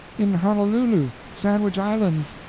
in honolulu, sandwich islands.